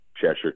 Cheshire